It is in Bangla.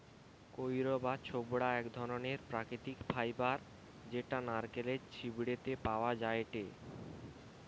কইর বা ছোবড়া এক ধরণের প্রাকৃতিক ফাইবার যেটা নারকেলের ছিবড়ে তে পাওয়া যায়টে